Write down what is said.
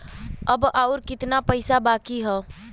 अब अउर कितना पईसा बाकी हव?